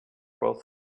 both